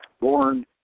born